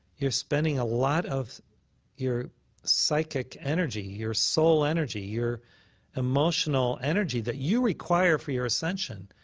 you're spending a lot of your psychic energy, your soul energy, your emotional energy that you require for your ascension.